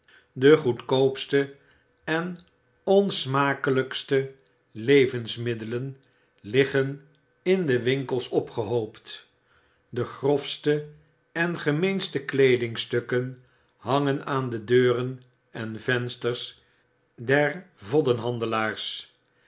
de goedkoopste en onsmakelijkste levensmiddelen liggen in de winkels opgehoopt de grofste en gemeenste kledingstukken hangen aan de deuren en vensters der